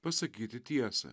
pasakyti tiesą